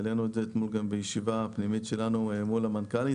העלינו את זה גם בישיבה פנימית שלנו מול המנכ"לית.